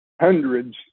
hundreds